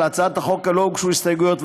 להצעת החוק לא הוגשו הסתייגויות,